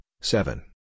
seven